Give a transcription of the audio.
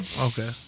Okay